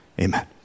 Amen